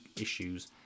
issues